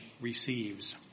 receives